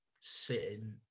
sitting